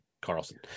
Carlson